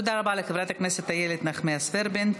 תודה רבה לחברת הכנסת איילת נחמיאס ורבין.